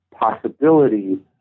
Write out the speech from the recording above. possibility